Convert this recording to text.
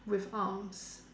with arms